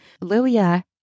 Lilia